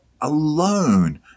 alone